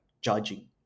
judging